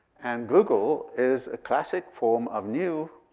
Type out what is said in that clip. and google is a classic form of new